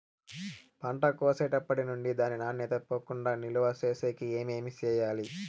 పంట కోసేటప్పటినుండి దాని నాణ్యత పోకుండా నిలువ సేసేకి ఏమేమి చేయాలి?